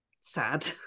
sad